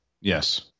Yes